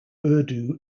urdu